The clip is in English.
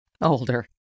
Older